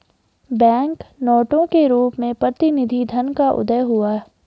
bank नोटों के रूप में प्रतिनिधि धन का उदय हुआ